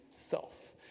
self